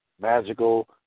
magical